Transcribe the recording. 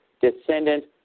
descendant